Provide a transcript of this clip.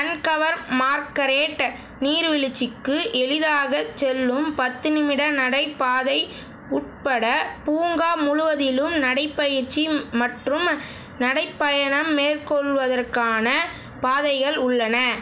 கண்கவர் மார்கரெட் நீர்வீழ்ச்சிக்கு எளிதாகச் செல்லும் பத்து நிமிட நடைபாதை உட்பட பூங்கா முழுவதிலும் நடைப்பயிற்சி மற்றும் நடைப்பயணம் மேற்கொள்வதற்கான பாதைகள் உள்ளன